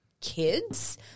kids